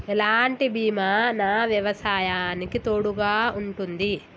ఎలాంటి బీమా నా వ్యవసాయానికి తోడుగా ఉంటుంది?